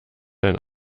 ein